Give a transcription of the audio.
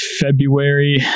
February